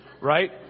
Right